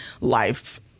life